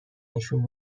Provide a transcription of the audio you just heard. نشون